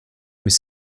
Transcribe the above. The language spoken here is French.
mais